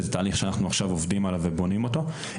וזה תהליך שאנחנו עכשיו עובדים עליו ובונים אותו.